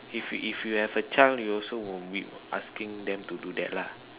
if you if you have a chance you will also be asking them to do that lah